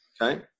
Okay